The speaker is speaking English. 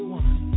one